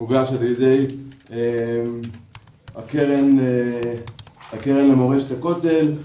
הוגש על ידי הקרן למורשת הכותל.